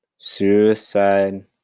Suicide